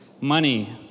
Money